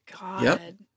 God